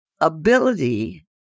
ability